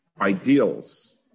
ideals